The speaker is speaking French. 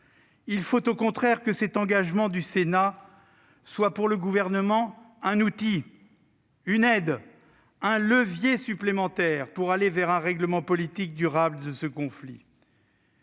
Il faut, au contraire, que cet engagement du Sénat soit, pour le Gouvernement, un outil, une aide, un levier supplémentaire pour aller vers un règlement politique durable du conflit.